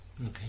Okay